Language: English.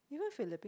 even Philippine